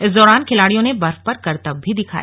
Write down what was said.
इस दौरान खिलाड़ियों ने बर्फ पर करतब भी दिखाए